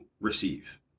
receive